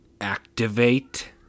activate